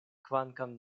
kvankam